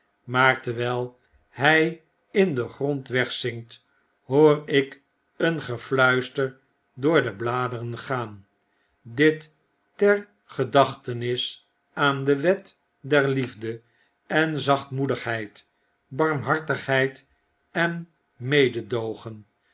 maar terwyl hy in den grond wegzinkt hoor ik een gefluister door de bladeren gaan dit ter gedachtenis aan de wet der liefde en zachtmoedigheid barmhartigheid en mededoogen